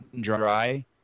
dry